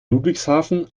ludwigshafen